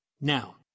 Now